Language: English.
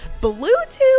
Bluetooth